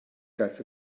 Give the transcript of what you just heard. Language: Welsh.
gaeth